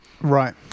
Right